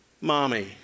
mommy